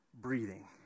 breathing